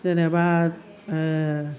जेनेबा